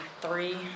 three